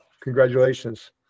Congratulations